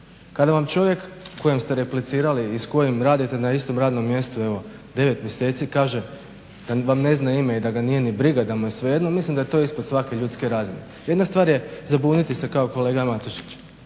Kada vam čovjek kojem ste replicirali i s kojim radite na istom radnom mjestu evo 9 mjeseci kaže da vam ne zna ime i da ga nije ni briga, da mu je svejedno mislim da je to ispod svake ljudske razine. Jedna stvar je zabuniti se kao kolega Matušić,